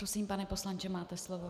Prosím, pane poslanče, máte slovo.